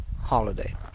holiday